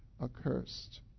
accursed